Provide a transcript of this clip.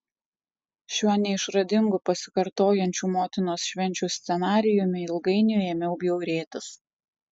šiuo neišradingu pasikartojančių motinos švenčių scenarijumi ilgainiui ėmiau bjaurėtis